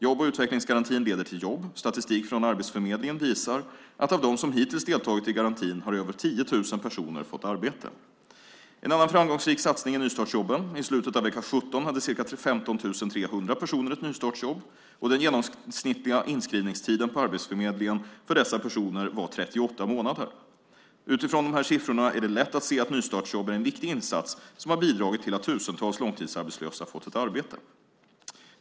Jobb och utvecklingsgarantin leder till jobb; statistik från Arbetsförmedlingen visar att av dem som hittills deltagit i garantin har över 10 000 personer fått arbete. En annan framgångsrik satsning är nystartsjobben. I slutet av vecka 17 hade ca 15 300 personer ett nystartsjobb. Den genomsnittliga inskrivningstiden på Arbetsförmedlingen för dessa personer var 38 månader. Utifrån de här siffrorna är det lätt att se att nystartsjobb är en viktig insats som har bidragit till att tusentals långtidsarbetslösa fått ett arbete.